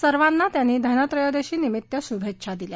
सर्वांना त्यांनी धनत्रयोदशीनिमित्त शुभेच्छा दिल्या